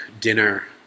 dinner